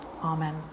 Amen